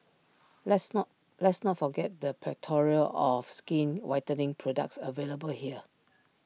let's not let's not forget the plethora of skin whitening products available here